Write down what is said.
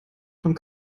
von